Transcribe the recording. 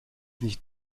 nicht